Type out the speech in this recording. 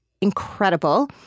incredible